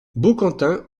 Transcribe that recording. baucantin